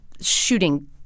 shooting